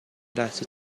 لحظه